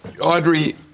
Audrey